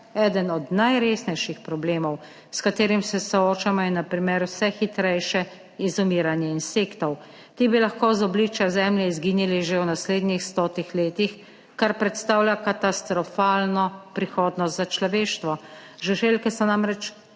Eden od najresnejših problemov s katerim se soočamo, je na primer vse hitrejše izumiranje insektov. Ti bi lahko z obličja Zemlje izginili že v naslednjih stotih letih, kar predstavlja katastrofalno prihodnost za človeštvo. Žuželke so namreč